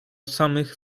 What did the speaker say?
samych